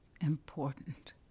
Important